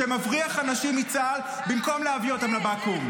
שמבריח אנשים מצה"ל במקום להביא אותם לבקו"ם.